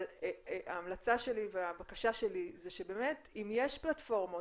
אבל ההמלצה והבקשה שלי זה שבאמת אם יש פלטפורמות,